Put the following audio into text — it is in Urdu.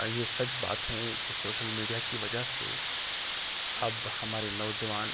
یہ سچ بات ہے کہ سوشل میڈیا کی وجہ سے اب ہمارے نوجوان